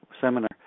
seminar